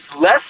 less